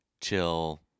chill